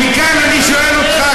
מכאן אני שואל אותך,